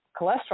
cholesterol